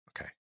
Okay